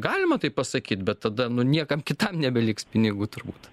galima taip pasakyt bet tada nu niekam kitam nebeliks pinigų turbūt